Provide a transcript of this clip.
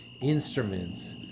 instruments